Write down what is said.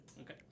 Okay